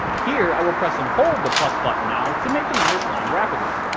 here, i will press and hold the plus button now to make the numbers climb rapidly.